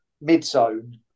mid-zone